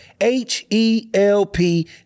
H-E-L-P